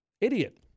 idiot